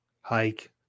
hike